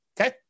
Okay